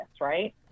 right